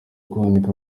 kwandika